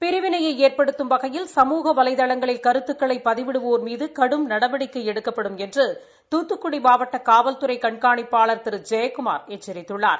பிரிவினையை ஏற்படுத்தும் வகையில் சமூக வலைதளங்களில் கருத்துக்களை பதிவிடுவோா் மீது கடும் நடவடிக்கை எடுக்கப்படும் என்று தூத்துக்குடி மாவட்ட காவல்துறை கண்காணிப்பாள் திரு ஜெயக்குமார் எச்சரித்துள்ளார்